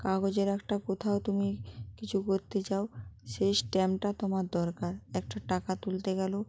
কাগজের একটা কোথাও তুমি কিছু করতে চাও সেই স্ট্যাম্পটা তোমার দরকার একটা টাকা তুলতে গেলেও